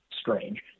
strange